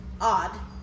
odd